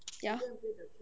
ya